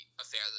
affair